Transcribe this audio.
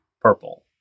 purple